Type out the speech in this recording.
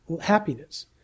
happiness